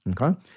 Okay